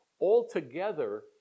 Altogether